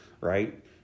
right